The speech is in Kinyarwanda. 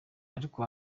ariko